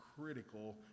critical